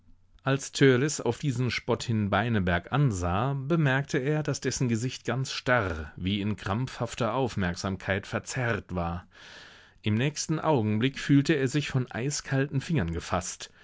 als törleß auf diesen spott hin beineberg ansah bemerkte er daß dessen gesicht ganz starr wie in krampfhafter aufmerksamkeit verzerrt war im nächsten augenblick fühlte er sich von eiskalten fingern gefaßt